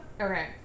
Okay